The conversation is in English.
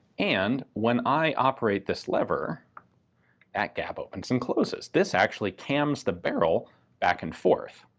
and when i operate this lever that gap opens and closes, this actually cams the barrel back and forth.